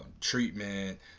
treatment